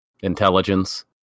intelligence